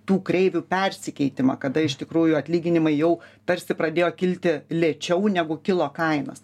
tų kreivių persikeitimą kada iš tikrųjų atlyginimai jau tarsi pradėjo kilti lėčiau negu kilo kainos